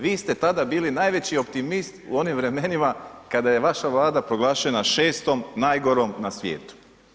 Vi ste tada bili najveći optimist u onim vremenima kada je vaša Vlada proglašena šestom najgorom na svijetu.